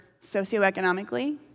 socioeconomically